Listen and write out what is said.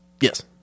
Yes